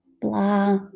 blah